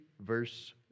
verse